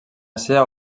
seu